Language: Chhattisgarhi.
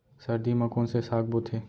सर्दी मा कोन से साग बोथे?